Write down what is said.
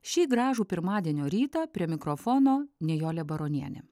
šį gražų pirmadienio rytą prie mikrofono nijolė baronienė